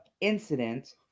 incident